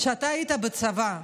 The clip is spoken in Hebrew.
כשאתה היית בצבא,